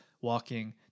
walking